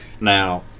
now